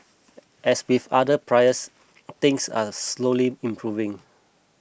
as with other pries things are slowly improving